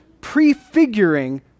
prefiguring